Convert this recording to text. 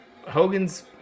Hogan's